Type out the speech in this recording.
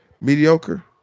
Mediocre